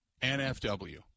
NFW